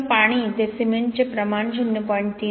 तर हे पाणी ते सिमेंटचे प्रमाण 0